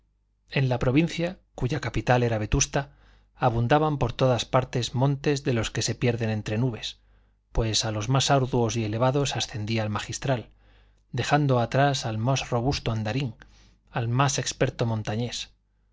en la provincia cuya capital era vetusta abundaban por todas partes montes de los que se pierden entre nubes pues a los más arduos y elevados ascendía el magistral dejando atrás al más robusto andarín al más experto montañés